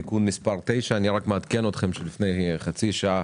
(תיקון מס' 9). אני רק מעדכן אתכם שלפני חצי שעה